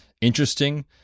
interesting